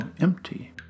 empty